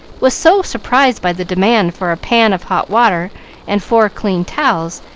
was so surprised by the demand for a pan of hot water and four clean towels,